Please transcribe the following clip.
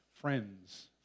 friends